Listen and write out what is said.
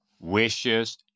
wishes